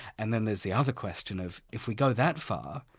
and then there's the other question of, if we go that far,